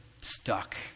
stuck